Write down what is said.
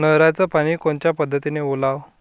नयराचं पानी कोनच्या पद्धतीनं ओलाव?